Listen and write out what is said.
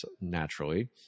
naturally